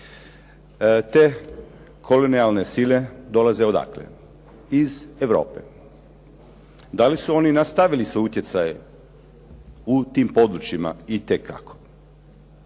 Te kolonijalne sile, dolaze odakle? Iz Europe. Da li su oni nastavili svoj utjecaj u tim područjima? I te kako.